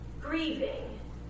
grieving